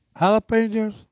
jalapenos